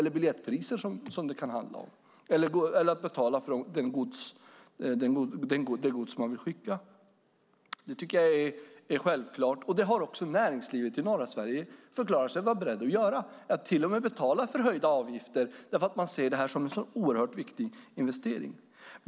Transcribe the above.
Det kan handla om biljettpriser eller om att betala för det gods man vill skicka. Det tycker jag är självklart. Näringslivet i norra Sverige har också förklarat sig vara berett att till och med betala förhöjda avgifter därför att man ser det här som en oerhört viktig investering.